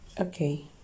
Okay